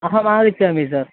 अहमागच्छामि सर्